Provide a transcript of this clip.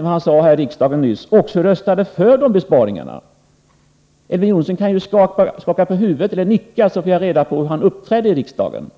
Enligt vad han nyss sade hade han ju då hand om de regionalpolitiska frågorna. Elver Jonsson kan skaka på huvudet eller nicka, så får jag reda på hur han uppträdde när riksdagen